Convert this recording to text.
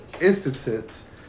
instances